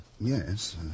Yes